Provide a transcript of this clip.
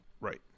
Right